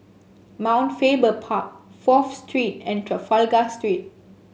Mount Faber Park Fourth Street and Trafalgar Street